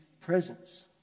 presence